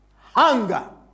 hunger